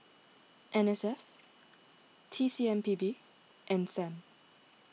N S F T C M P B and Sam